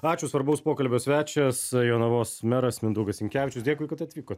ačiū svarbaus pokalbio svečias jonavos meras mindaugas sinkevičius dėkui kad atvykot